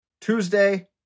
Tuesday